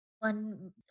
One